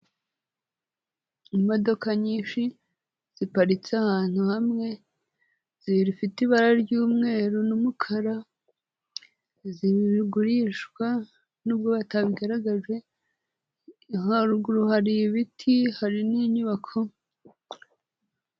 Imodoka nyinshi ziparitse ahantu hamwe, zifite ibara ry'umweru n'umukara, zigurishwa nubwo batabigaragaje, haruguru hari ibiti hari n'inyubako.